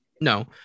No